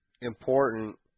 important